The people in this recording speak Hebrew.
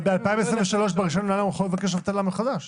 אבל ב-1 בינואר 2023 הוא יכול לבקש אבטלה מחדש.